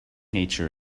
nature